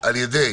על ידי